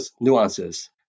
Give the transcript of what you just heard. nuances